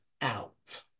out